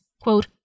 quote